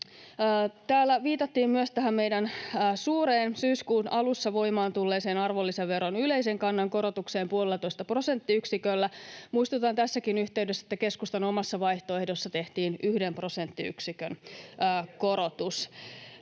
Täällä viitattiin myös tähän meidän suureen, syyskuun alussa voimaan tulleeseen arvonlisäveron yleisen kannan korotukseen puolellatoista prosenttiyksiköllä. Muistutan tässäkin yhteydessä, että keskustan omassa vaihtoehdossa tehtiin yhden prosenttiyksikön korotus.